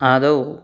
आदौ